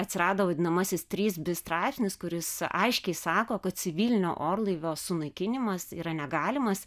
atsirado vadinamasis trys bi straipsnis kuris aiškiai sako kad civilinio orlaivio sunaikinimas yra negalimas